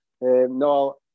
no